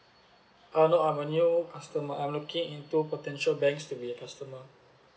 uh no I'm a new customer I'm looking into potential banks to be a customer